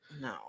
No